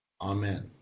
Amen